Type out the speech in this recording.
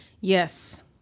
Yes